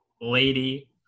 lady